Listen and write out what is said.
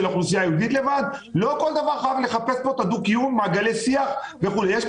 האוכלוסייה הערבית לבד; צרכים אמיתיים שקיימים בערים האלה.